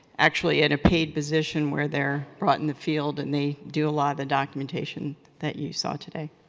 actually at a paid position where they're brought in the field and they do a lot of the documentation that you saw today.